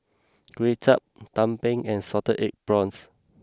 Kuay Chap Tumpeng and Salted Egg Prawns